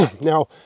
Now